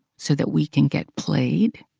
so that we can get played?